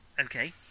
Okay